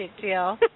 deal